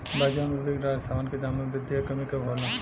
बाज़ार में बिक रहल सामान के दाम में वृद्धि या कमी कब होला?